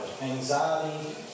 Anxiety